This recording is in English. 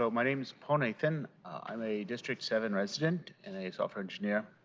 so my name is paul nathan, i'm a district seven resident and a software engineer.